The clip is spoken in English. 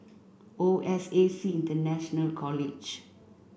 O S A C International College